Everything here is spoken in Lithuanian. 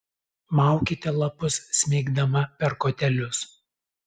maukite lapus smeigdama per kotelius